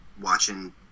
watching